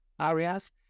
areas